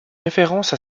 référence